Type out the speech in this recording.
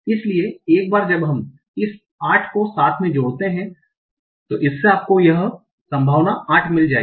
इसलिए एक बार जब हम इस 8 को 7 में जोड़ते हैं तो इससे आपको यह संभावना 8 मिल जाएगी